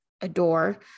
adore